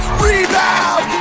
rebound